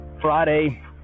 Friday